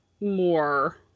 more